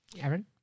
Aaron